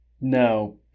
no